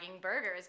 burgers